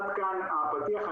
עד כאן הפתיח,